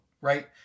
right